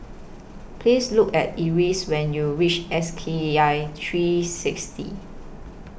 Please Look At Eris when YOU REACH S K I three six D